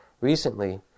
Recently